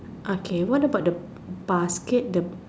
okay what about the basket the